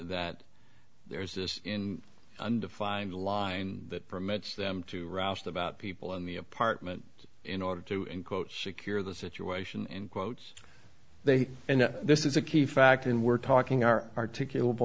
that there's this in under five a line that permits them to roust about people in the apartment in order to end quote secure the situation in quotes they and this is a key fact and we're talking our articula